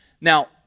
Now